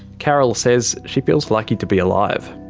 carol says she feels lucky to be alive.